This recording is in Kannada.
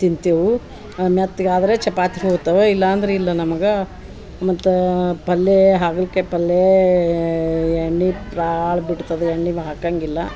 ತಿಂತೆವು ಅದು ಮೆತ್ಗ ಆದರೆ ಚಪಾತಿ ಹೋಗುತ್ತವ ಇಲ್ಲ ಅಂದ್ರ ಇಲ್ಲ ನಮ್ಗ ಮತ್ತೆ ಪಲ್ಯೇ ಹಾಗಲ್ಕಾಯ್ ಪಲ್ಯೇ ಏ ಎಣ್ಣೆ ಪಾಳ ಬಿಡ್ತದ ಎಣ್ಣೆ ಬ ಹಾಕಂಗಿಲ್ಲ